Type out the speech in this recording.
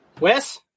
Wes